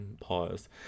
Pause